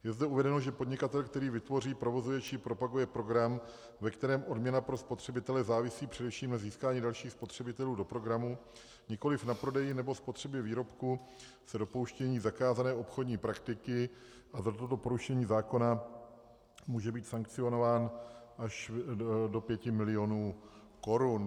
Je zde uvedeno, že podnikatel, který vytvoří, provozuje či propaguje program, ve kterém odměna pro spotřebitele závisí především na získání dalších spotřebitelů do programu, nikoliv na prodeji či spotřebě výrobků, se dopouští zakázané obchodní praktiky a za toto porušení zákona může být sankcionován až do 5 milionů korun.